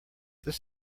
this